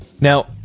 Now